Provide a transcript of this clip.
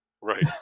Right